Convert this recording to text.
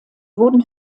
wurden